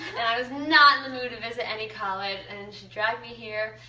and i was not in the mood to visit any college and she dragged me here.